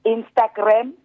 Instagram